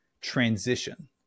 transition